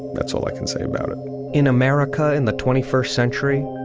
that's all i can say about it in america in the twenty first century,